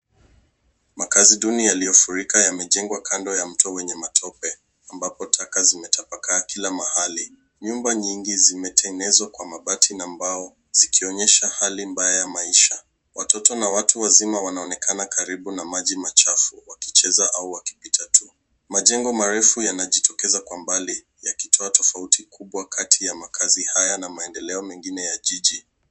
Makazi duni yaliyofurika yamejengwa kando ya mto wenye matope, ambapo taka zimetapakaa kila mahali. Nyumba nyingi zimetengenezwa kwa mabati na mbao, zikionyesha hali mbaya ya maisha. Watoto na watu wazima wanaonekana karibu na maji machafu, wakicheza au wakipita tu. Majengo marefu yanajitokeza kwa mbali yakitoa tofauti kubwa kati ya makazi haya na maendeleo mengine ya jiji.